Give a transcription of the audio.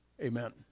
Amen